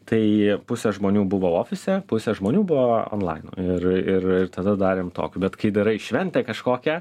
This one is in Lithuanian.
tai pusė žmonių buvo ofise pusė žmonių buvo onlainu ir ir ir tada darėm tokiu bet kai darai šventę kažkokią